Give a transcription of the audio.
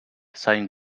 sain